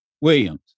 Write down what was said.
Williams